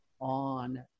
on